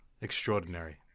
Extraordinary